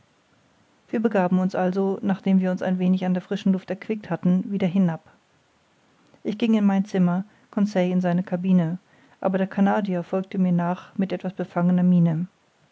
wir begaben uns also nachdem wir uns ein wenig an der frischen luft erquickt hatten wieder hinab ich ging in mein zimmer conseil in seine cabine aber der canadier folgte mir nach mit etwas befangener miene